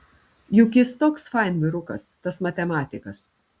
juk jis toks fain vyrukas tas matematikas